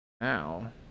now